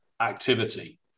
activity